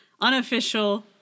unofficial